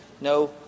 no